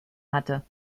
hatte